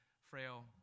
frail